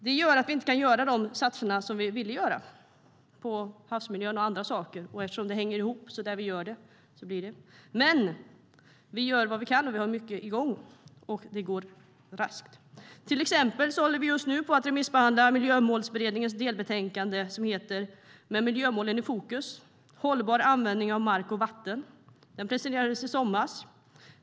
Det gör att vi inte kan göra de satsningar vi ville göra på havsmiljön och andra saker. Vi gör dock vad vi kan, vi har mycket igång och det går raskt. Till exempel håller vi just nu på att remissbehandla Miljömålsberedningens delbetänkande Med miljömålen i fokus - hållbar användning av mark och vatten , som presenterades i somras.